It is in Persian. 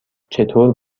چطور